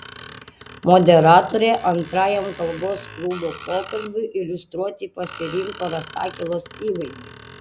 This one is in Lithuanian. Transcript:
moderatorė antrajam kalbos klubo pokalbiui iliustruoti pasirinko rasakilos įvaizdį